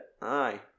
Aye